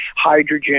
hydrogen